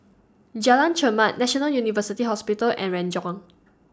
Jalan Chermat National University Hospital and Renjong